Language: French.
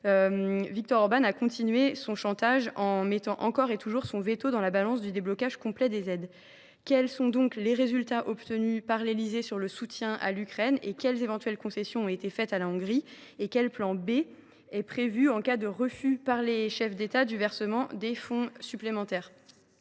Victor Orbán a continué son chantage en mettant encore et toujours son veto dans la balance pour débloquer complètement les aides à son pays. Quels sont les résultats obtenus par l’Élysée sur le soutien à l’Ukraine et quelles éventuelles concessions ont été faites à la Hongrie ? Un plan B est il prévu en cas de refus par les chefs d’État du versement de fonds supplémentaires à